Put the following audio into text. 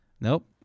Nope